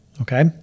Okay